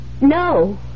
No